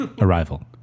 Arrival